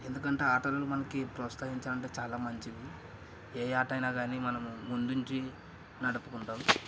ఎందుకంటే ఆటలను మనకి ప్రోస్తహించాలంటే చాలా మంచిది ఏ ఆటైనా గానీ మనం ముందుంచి నడుపుకుంటాం